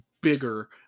bigger